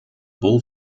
bull